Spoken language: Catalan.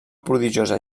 prodigiosa